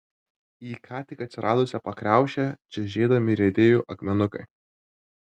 į ką tik atsiradusią pakriaušę čežėdami riedėjo akmenukai